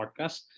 podcast